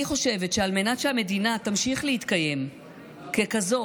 אני חושבת שעל מנת שהמדינה תמשיך להתקיים ככזאת,